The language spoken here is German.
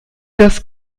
das